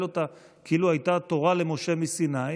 אותה כאילו הייתה תורה למשה מסיני?